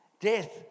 Death